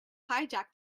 hijack